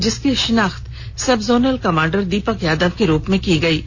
जिसकी शिनाख्त subzonal commander Deepak Yadav के रूप में की गई है